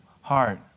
heart